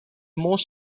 more